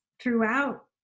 throughout